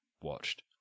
watched